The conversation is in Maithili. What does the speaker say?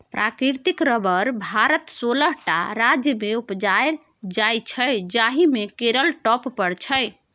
प्राकृतिक रबर भारतक सोलह टा राज्यमे उपजाएल जाइ छै जाहि मे केरल टॉप पर छै